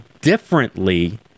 differently